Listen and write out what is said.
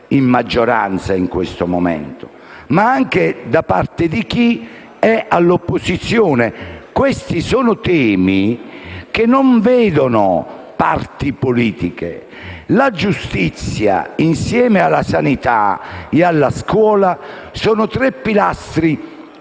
in maggioranza in questo momento, ma anche da parte di chi è all'opposizione. Sono temi che non hanno appartenenza politica. La giustizia, insieme alla sanità e alla scuola, rappresenta